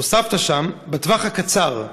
הוספת שם: בטווח הקצר,